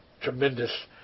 tremendous